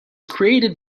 created